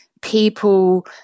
people